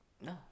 No